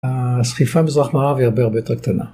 הסחיפה מזרח מערב היא הרבה הרבה יותר קטנה.